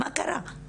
מה קרה?